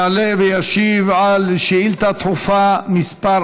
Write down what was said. יעלה וישיב על שאילתה דחופה מס'